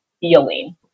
feeling